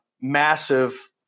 Massive